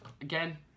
again